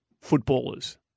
footballers